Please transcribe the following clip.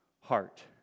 heart